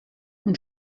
und